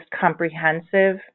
comprehensive